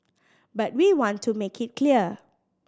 but we want to make it clear